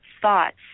thoughts